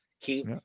Keep